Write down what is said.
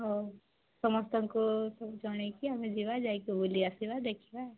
ହେଉ ସମସ୍ତଙ୍କୁ ସବୁ ଜଣେଇକି ଆମେ ଯିବା ଯାଇକି ବୁଲି ଆସିବା ଦେଖିବା